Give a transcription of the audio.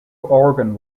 organ